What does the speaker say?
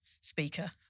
speaker